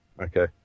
Okay